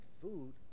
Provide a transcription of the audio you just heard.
food